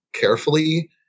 carefully